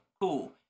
cool